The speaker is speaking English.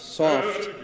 soft